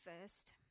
first